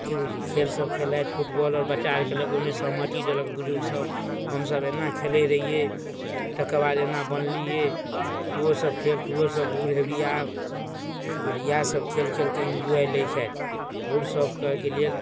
कि बुझलिए खेलसब खेललथि फुटबॉल आओर बच्चा आओरके ओहिमे सहमति देलक बुजुर्गसभ हमसभ एना खेलै रहिए तकर बाद एना बनलिए तोहूँसब खेल तोहूँसभ बूढ़ हेबही आब कि बुझलिए इएहसब खेल खेलके एन्ज्वॉइ लै छथि बूढ़सभके कहैके लेल